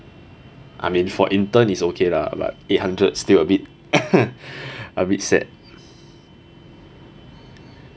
I mean for intern is okay lah but eight hundred still a bit a bit sad